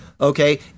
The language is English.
okay